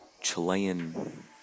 Chilean